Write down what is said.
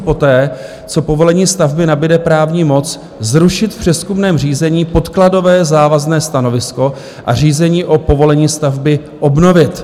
poté, co povolení stavby nabude právní moc, zrušit v přezkumném řízení podkladové závazné stanovisko a řízení o povolení stavby obnovit.